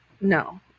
No